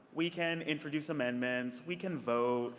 we can introduce amendments. we can vote.